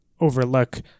overlook